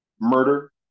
murder